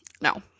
No